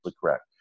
correct